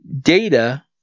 data